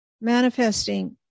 Manifesting